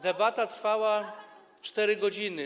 Debata trwała 4 godziny.